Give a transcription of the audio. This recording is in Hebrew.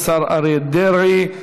השר אריה דרעי.